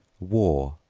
war,